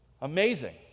Amazing